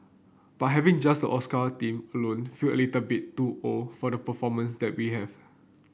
but having just Oscar theme alone feel a little bit too old for the performers that we have